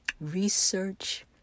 Research